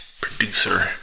producer